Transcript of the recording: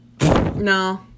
No